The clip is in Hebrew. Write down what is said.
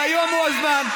והיום הוא הזמן,